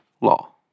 law